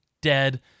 dead